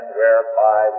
whereby